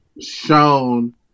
shown